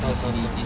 tahu tahu tahu